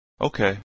Okay